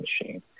machine